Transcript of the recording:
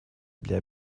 для